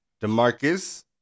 DeMarcus